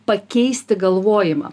pakeisti galvojimą